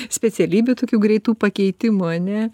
specialybių tokių greitų pakeitimų ane